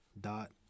dot